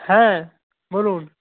হ্যাঁ বলুন